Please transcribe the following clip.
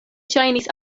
ŝajnis